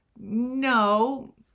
no